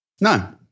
No